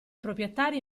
proprietari